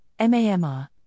MAMR